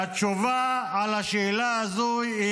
והתשובה על השאלה הזו היא